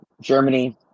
Germany